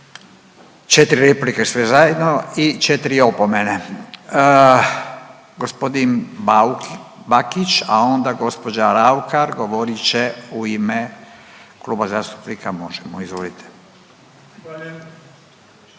4 replike sve zajedno i 4 opomene. Gospodin Bauk Bakić, a onda gospođa Raukar govorit će u ime Kluba zastupnika Možemo! izvolite.